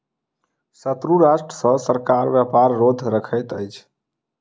शत्रु राष्ट्र सॅ सरकार व्यापार रोध रखैत अछि